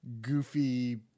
goofy